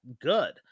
good